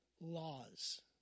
laws